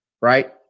right